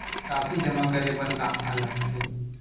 राशि जमा करे बर का का लगथे?